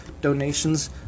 Donations